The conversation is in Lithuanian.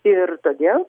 ir todėl